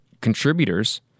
contributors